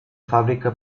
fàbrica